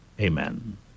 amen